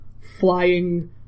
flying